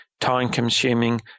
time-consuming